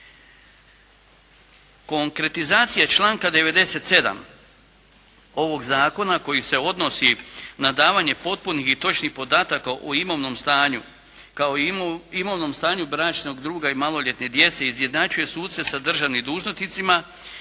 Konkretizacija članka 97. ovog zakona koji se odnosi na davanje potpunih i točnih podataka o imovnih stanju kao i imovnom stanju bračnog druga i maloljetne djece, izjednačuje suce sa državnim dužnosnicima